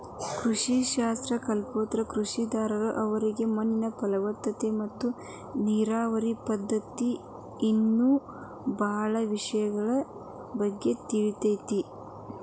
ಕೃಷಿ ಶಾಸ್ತ್ರ ಕಲ್ತವ್ರು ರೈತರಾದ್ರ ಅವರಿಗೆ ಮಣ್ಣಿನ ಫಲವತ್ತತೆ ಮತ್ತ ನೇರಾವರಿ ಪದ್ಧತಿ ಇನ್ನೂ ಬಾಳ ವಿಷಯದ ಬಗ್ಗೆ ತಿಳದಿರ್ತೇತಿ